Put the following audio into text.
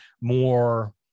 more